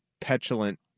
petulant